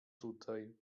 tutaj